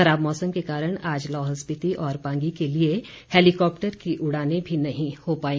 खराब मौसम के कारण आज लाहौल स्पीति और पांगी के लिए हैलीकॉप्टर की उड़ानें भी नहीं हो पाई